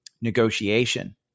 negotiation